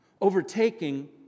overtaking